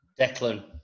Declan